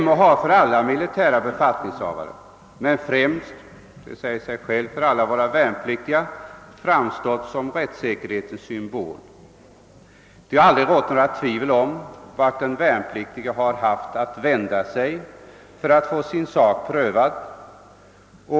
MO har för alla militära befattningshavare men främst — det säger sig självt — för alla våra värnpliktiga framstått som rättssäkerhetens symbol. Det har aldrig rått några tvivel om vart den värnpliktige haft att vända sig för att få sin sak prövad.